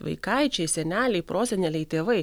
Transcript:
vaikaičiai seneliai proseneliai tėvai